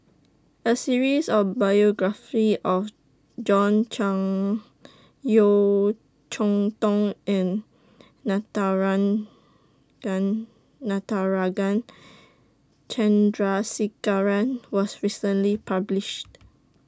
A series of biographies of John Clang Yeo Cheow Tong and Natarajan Chandrasekaran was recently published